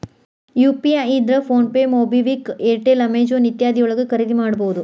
UPI ಇದ್ರ PhonePe MobiKwik Airtel Amazon ಇತ್ಯಾದಿ ಯೊಳಗ ಖರಿದಿಮಾಡಬಹುದು